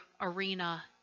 arena